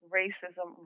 racism